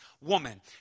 woman